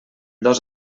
dos